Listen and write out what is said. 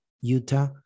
Utah